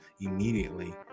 immediately